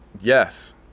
yes